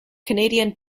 canadian